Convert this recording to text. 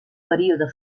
període